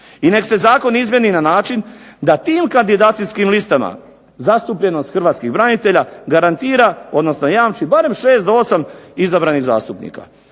i nek se zakon izmijeni na način da tim kandidacijskim listama zastupljenost hrvatskih branitelja garantira odnosno jamči barem 6 do 8 izabranih zastupnika.